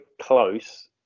close